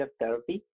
therapy